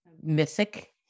mythic